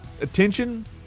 attention